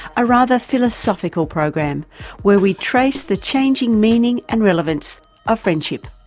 a rather philosophical program where we trade the changing meaning and relevance of friendship.